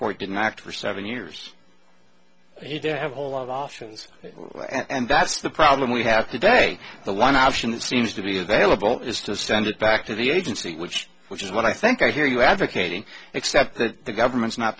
court didn't act or seven years he didn't have all of oftens and that's the problem we have today the one option that seems to be available is to send it back to the agency which which is what i think i hear you advocating except that the government's not